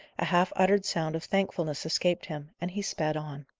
a half-uttered sound of thankfulness escaped him, and he sped on.